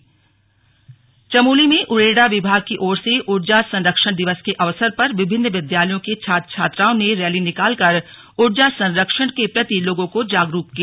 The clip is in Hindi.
स्लग ऊर्जा संरक्षण चमोली में उरेडा विभाग की ओर से ऊर्जा संरक्षण दिवस के अवसर पर विभिन्न विद्यालयों के छात्र छात्राओं ने रैली निकालकर उर्जा संरक्षण के प्रति लोगों को जागरूक किया